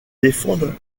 défendent